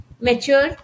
mature